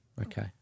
Okay